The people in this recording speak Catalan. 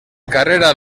carrera